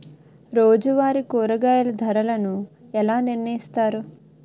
రోజువారి కూరగాయల ధరలను ఎలా నిర్ణయిస్తారు?